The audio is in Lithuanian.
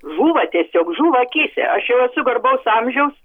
žūva tiesiog žūva akyse aš jau esu garbaus amžiaus